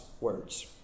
words